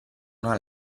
una